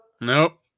Nope